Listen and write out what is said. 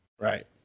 Right